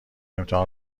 امتحان